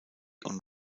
und